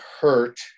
hurt